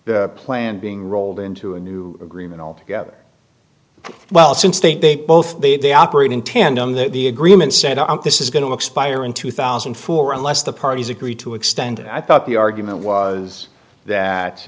the plan being rolled into a new agreement all together well since they both they operate in tandem that the agreement said this is going to expire in two thousand and four unless the parties agree to extend it i thought the argument was that